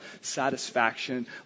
satisfaction